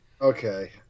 okay